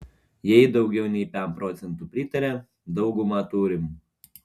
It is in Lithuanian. jei daugiau nei pem procentų pritaria daugumą turim